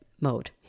mode